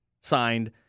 signed